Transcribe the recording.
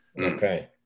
okay